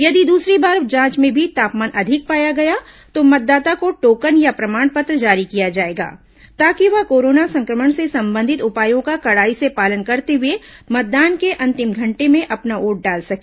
यदि दूसरी बार जांच में भी तापमान अधिक पाया गया तो मतदाता को टोकन या प्रमाण पत्र जारी किया जायेगा ताकि वह कोरोना संक्रमण से संबंधित उपायों का कड़ाई से पालन करते हुए मतदान के अंतिम घंटे में अपना वोट डाल सके